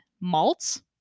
malt